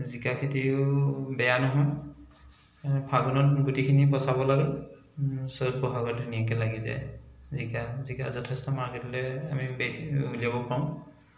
জিকা খেতিও বেয়া নহয় ফাগুনত গুটিখিনি পচাব লাগে চ'ত ব'হাগত ধুনীয়াকে লাগি যায় জিকা জিকা যথেষ্ট মাৰ্কেটলৈ আমি বেছি উলিয়াব পাৰোঁ